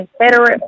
Confederate